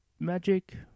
Magic